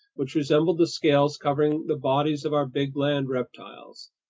which resembled the scales covering the bodies of our big land reptiles.